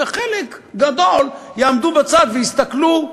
וחלק גדול יעמדו בצד ויסתכלו.